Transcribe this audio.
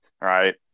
right